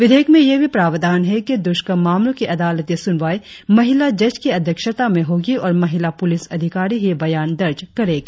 विधेयक में यह भी प्रावधान है कि दुष्कर्म मामलों की अदालती सुनवई महिला जज की अध्यक्षता में होगी और महिला पुलिस अधिकारी ही बयान दर्ज करेगी